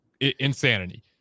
Insanity